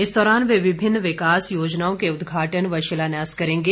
इस दौरान वे विभिन्न विकास योजनाओं के उद्घाटन व शिलान्यास करेंगे